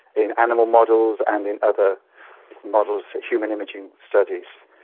in animal models and in other models, human imaging studies.